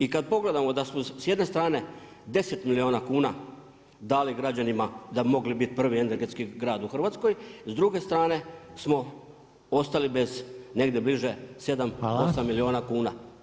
I kada pogledamo da smo s jedne strane 10 milijuna kuna dali građanima da bi mogli biti prvi energetski grad u Hrvatskoj, s druge strane smo ostali bez negdje bliže sedam, osam milijuna kuna.